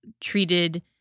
treated